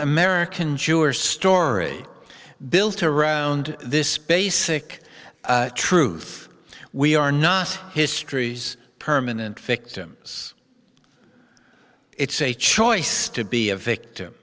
american jew or story built around this basic truth we are not history's permanent victims it's a choice to be a victim